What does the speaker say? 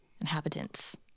inhabitants